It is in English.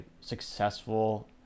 successful